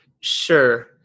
Sure